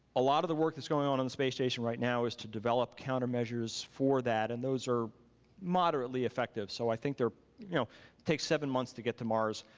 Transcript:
a lot of the work that's going on in the space station right now is to develop countermeasures for that and those are moderately effective, so i think it you know takes seven months to get to mars,